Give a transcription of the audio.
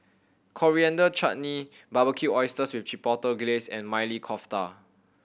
Coriander Chutney Barbecued Oysters with Chipotle Glaze and Maili Kofta